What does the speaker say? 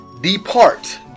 Depart